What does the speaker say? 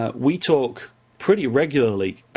ah we talk pretty regularly,